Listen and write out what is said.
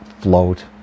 float